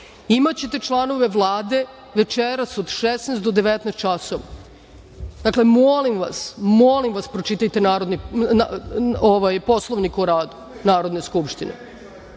Imaćete članove Vlade večeras od 16.00 do 19.00 časova. Dakle, molim vas, molim vas, pročitajte Poslovnik o radu Narodne skupštine,